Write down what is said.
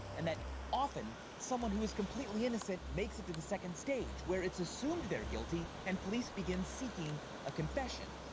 and that often, someone who is completely innocent makes it to the second stage where it's assumed they're guilty and police begin seeking a confession.